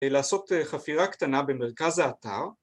‫לעשות חפירה קטנה במרכז האתר